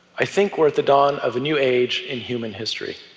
i think we're at the dawn of a new age in human history.